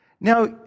Now